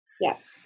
Yes